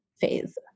phase